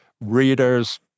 readers